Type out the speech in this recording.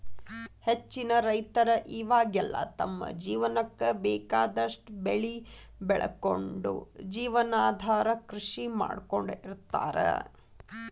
ಹೆಚ್ಚಿನ ರೈತರ ಇವಾಗೆಲ್ಲ ತಮ್ಮ ಜೇವನಕ್ಕ ಬೇಕಾದಷ್ಟ್ ಬೆಳಿ ಬೆಳಕೊಂಡು ಜೇವನಾಧಾರ ಕೃಷಿ ಮಾಡ್ಕೊಂಡ್ ಇರ್ತಾರ